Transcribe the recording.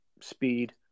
speed